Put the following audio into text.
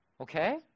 Okay